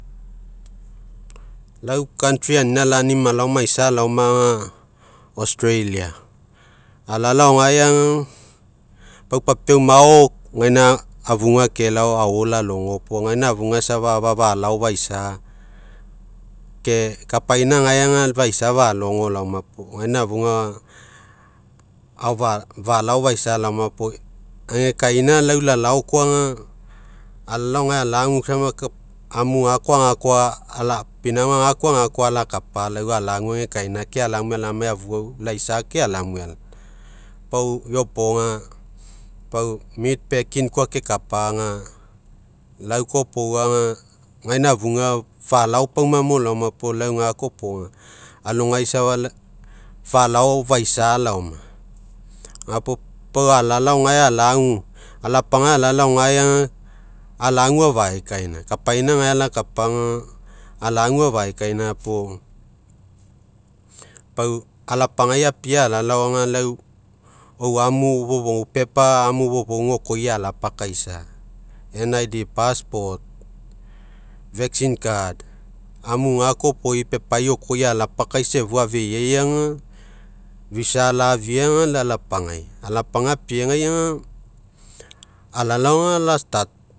Lau anina lani malao maisa laomo ga, australia. Alalao gai augs, pau papiau mao egaina, afuga kelao, ao lalogo. Puo egaina afuga safa, falao faisa, ke kapaina gae- aga faisa falogo, puo, egaina afuga falao fiasa laoma puo, agekaina lalao koa- ga alalao alagu soma pinauga gakoagakoa, alakapa lau alagu agekaina ke alamue alamai afu laisa, kai alamue alalao. Pau iopoga, pau koa kekap ga, lau koa iopoga, egaina afuga falao paumamo laoma puo, lau gakoa iopoga alogai safa falao faisa laoma. Gapuo, pau alalao gae alagu, alapagai alalao gaeo aga, alagu afaekaina. Kapaina alakapaga, agu afaekaina puo, pau alapagai apie alalao ga, lau eu amu, pepa au amu fofouga oko- alapkaisa. National identification card, passport, vaccine card amu gakoa iopo i oko- i alapakaisa afua, afeiaiga, visa laifiaga, lau alapagai alapagai apiegaigu alao gai ala start.